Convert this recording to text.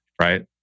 right